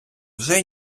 вже